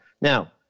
Now